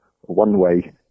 one-way